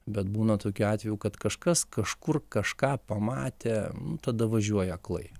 bet būna tokių atvejų kad kažkas kažkur kažką pamatė tada važiuoji aklai